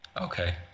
Okay